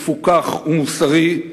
מפוכח ומוסרי,